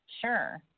sure